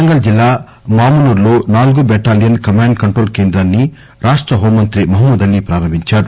వరంగల్ జిల్లా మామునూర్లో నాలుగో బెటాలియన్ కమాండ్ కంట్రోల్ కేంద్రాన్ని హోం మంత్రి మహమూద్ అలీ ప్రారంభించారు